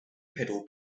pedal